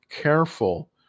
careful